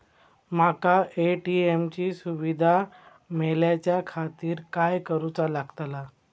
माका ए.टी.एम ची सुविधा मेलाच्याखातिर काय करूचा लागतला?